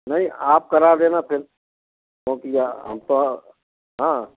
नहीं आप करा देना फिर क्योंकि हम तो हाँ